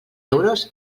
euros